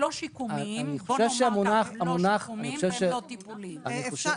בוא נאמר שהם לא שיקומיים והם לא טיפוליים בהכרח.